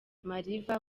mariva